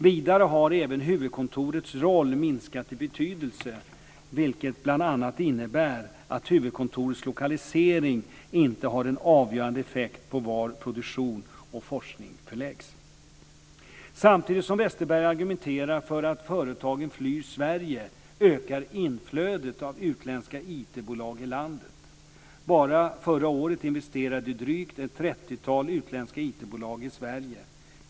Vidare har även huvudkontorets roll minskat i betydelse, vilket bl.a. innebär att huvudkontorets lokalisering inte har en avgörande effekt på var produktion och forskning förläggs. Samtidigt som Westerberg argumenterar för att företagen flyr Sverige ökar inflödet av utländska IT bolag i landet. Bara förra året investerade drygt ett trettiotal utländska IT-bolag i Sverige.